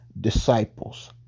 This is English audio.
disciples